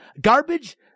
garbage